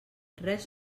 res